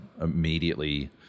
immediately